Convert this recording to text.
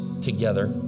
together